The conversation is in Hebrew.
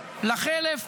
לחלף,